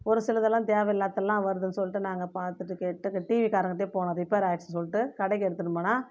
ஒரு சிலது எல்லாம் தேவ இல்லாதுலாம் வருதுன்னு சொல்லிட்டு நாங்கள் பார்த்துட்டு கேட்டு கட்டி டிவி காரவங்கள்ட்ட போனோம் ரிப்பேர் ஆச்சுன்னு சொல்லிட்டு கடைக்கு எடுத்துன்னு போனால்